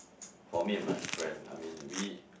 for me and my friend I mean we